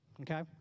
okay